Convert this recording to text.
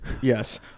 Yes